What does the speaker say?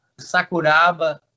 Sakuraba